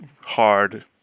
hard